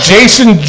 Jason